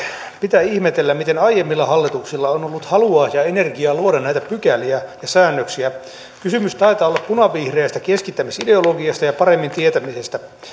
pitää ihmetellä miten aiemmilla hallituksilla on ollut halua ja energiaa luoda näitä pykäliä ja säännöksiä kysymys taitaa olla punavihreästä keskittämisideologiasta ja paremmin tietämisestä